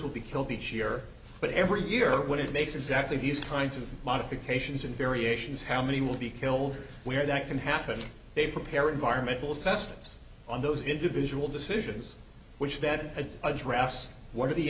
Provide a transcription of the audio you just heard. will be killed each year but every year when it makes a exactly these kinds of modifications and variations how many will be killed where that can happen they prepare environmental systems on those individual decisions which then address what are the